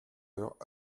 heures